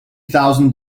thousand